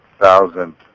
thousand